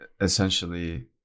essentially